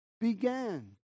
began